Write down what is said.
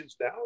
now